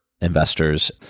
investors